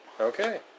Okay